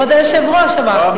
כבוד היושב-ראש אמרתי.